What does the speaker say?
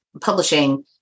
publishing